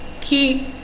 keep